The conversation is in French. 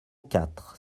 quatre